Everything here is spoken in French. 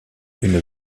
une